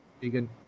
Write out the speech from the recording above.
Vegan